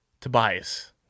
Tobias